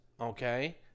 Okay